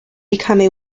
become